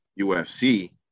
UFC